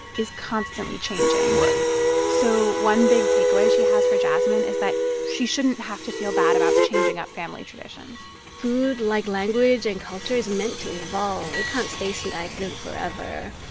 is constantly changing right so one big takeaway she has for jasmine is that she shouldn't have to feel bad about changing up family traditions food, like language and culture, is meant to evolve. it can't stay stagnant forever.